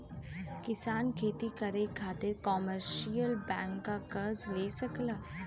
किसान खेती करे खातिर कमर्शियल बैंक से कर्ज ले सकला